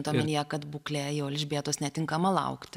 omenyje kad būklė jau elžbietos netinkama laukti